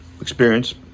experience